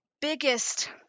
biggest